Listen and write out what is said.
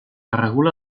regula